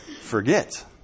forget